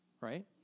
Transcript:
right